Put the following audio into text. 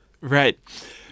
Right